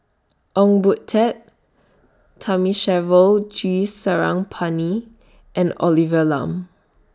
Ong Boon Tat Thamizhavel G Sarangapani and Olivia Lum